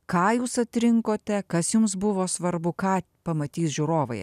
ką jūs atrinkote kas jums buvo svarbu ką pamatys žiūrovai